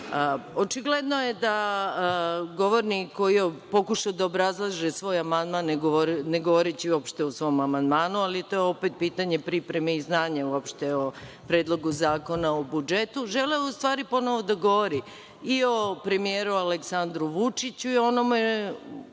reči. Očigledno je da govornik koji je pokušao da obrazlaže svoj amandman ne govoreći uopšte o svom amandmanu, ali to je opet pitanje pripreme i znanja uopšte o Predlogu zakona o budžetu, želeo u stvari ponovo da govori i o premijeru Aleksandru Vučiću i onome